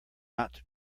not